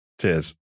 Cheers